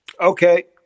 Okay